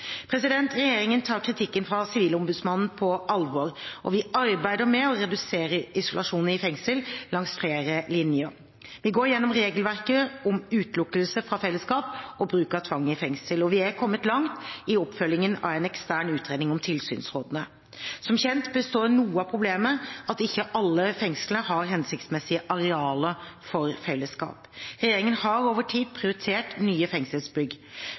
Regjeringen tar kritikken fra Sivilombudsmannen på alvor, og vi arbeider med å redusere isolasjon i fengsel langs flere linjer. Vi går gjennom regelverket om utelukkelse fra fellesskapet og bruk av tvang i fengsel, og vi er kommet langt i oppfølgingen av en ekstern utredning om tilsynsrådene. Som kjent består noe av problemet i at ikke alle fengslene har hensiktsmessige arealer for fellesskap. Regjeringen har over tid prioritert nye fengselsbygg.